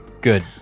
Good